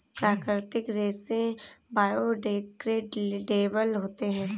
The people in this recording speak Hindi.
प्राकृतिक रेसे बायोडेग्रेडेबल होते है